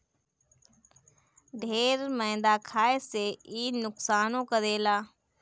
ढेर मैदा खाए से इ नुकसानो करेला